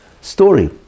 story